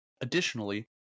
Additionally